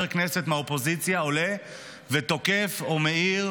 כנסת מהאופוזיציה עולה ותוקף או מעיר,